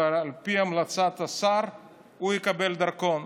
ועל פי המלצת השר הוא יקבל דרכון.